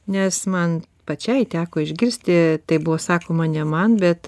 nes man pačiai teko išgirsti tai buvo sakoma ne man bet